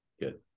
Good